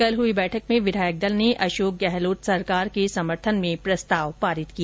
कल हुई बैठक में विधायक दल ने अशोक गहलोत सरकार के समर्थन में प्रस्ताव पारित किया